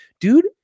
Dude